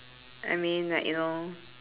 I mean like you know